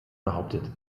behauptet